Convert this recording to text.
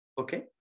okay